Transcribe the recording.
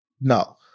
No